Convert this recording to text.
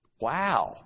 Wow